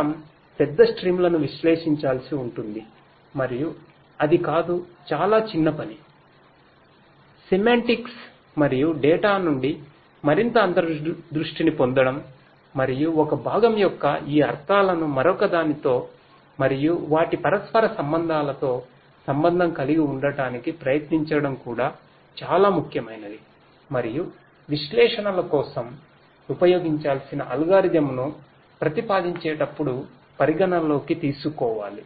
నుండి మరింత అంతర్దృష్టిని పొందడం మరియు ఒక భాగం యొక్క ఈ అర్ధాలను మరొకదానితో మరియు వాటి పరస్పర సంబంధాలతో సంబంధం కలిగి ఉండటానికి ప్రయత్నించడం కూడా చాలా ముఖ్యమైనది మరియు విశ్లేషణల కోసం ఉపయోగించాల్సిన అల్గోరిథంను ప్రతిపాదించేటప్పుడు పరిగణనలోకి తీసుకోవాలి